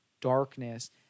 darkness